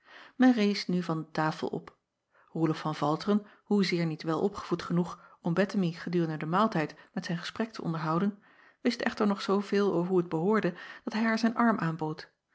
en rees nu van de tafel op oelof van alteren hoezeer niet welopgevoed genoeg om ettemie gedurende den maaltijd met zijn gesprek te onderhouden wist echter nog zoo veel hoe t behoorde dat hij haar zijn arm aanbood